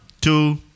two